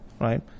right